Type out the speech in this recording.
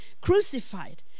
crucified